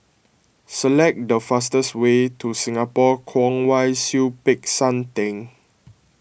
select the fastest way to Singapore Kwong Wai Siew Peck San theng